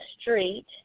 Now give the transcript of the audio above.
street